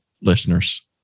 listeners